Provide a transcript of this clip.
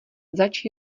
zač